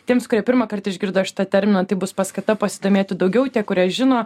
tiems kurie pirmąkart išgirdo šitą terminą tai bus paskata pasidomėti daugiau tie kurie žino